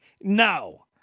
no